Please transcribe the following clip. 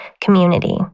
community